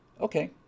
Okay